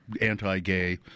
anti-gay